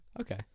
Okay